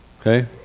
Okay